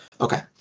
Okay